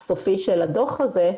סופי של הדוח הזה,